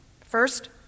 First